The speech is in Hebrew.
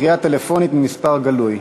קריאה טלפונית ממספר גלוי)?